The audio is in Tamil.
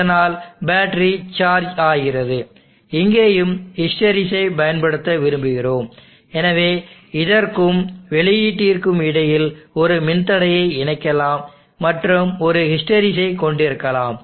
இதனால் பேட்டரி சார்ஜ் ஆகிறது இங்கேயும் ஹிஸ்டெரெசிஸைப் பயன்படுத்த விரும்புகிறோம் எனவே இதற்கும் வெளியீட்டிற்கும் இடையில் ஒரு மின்தடையை இணைக்கலாம் மற்றும் ஒரு ஹிஸ்டெரெசிஸைக் கொண்டிருக்கலாம்